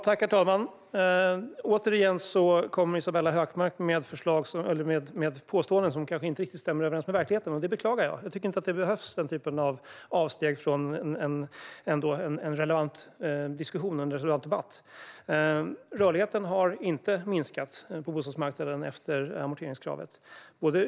Herr talman! Återigen kommer Isabella Hökmark med påståenden som inte stämmer överens med verkligheten. Jag beklagar det, för det behövs inte den typen av avsteg i en relevant debatt. Rörligheten på bostadsmarknaden har inte minskat efter amorteringskravet.